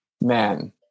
man